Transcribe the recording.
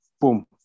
boom